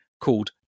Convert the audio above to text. called